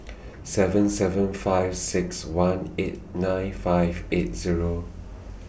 seven seven five six one eight nine five eight Zero